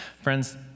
Friends